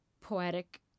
poetic